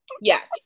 yes